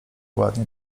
ładnie